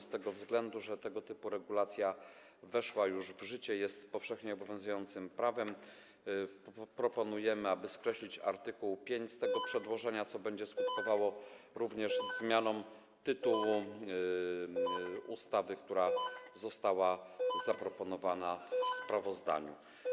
Z tego względu, że tego typu regulacja weszła już w życie, jest powszechnie obowiązującym prawem, proponujemy skreślić art. 5 z tego przedłożenia, co będzie skutkowało również zmianą tytułu ustawy, który został zaproponowany w sprawozdaniu.